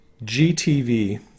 gtv